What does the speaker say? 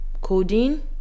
codeine